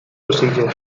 procedure